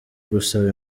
gusaba